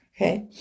Okay